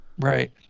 Right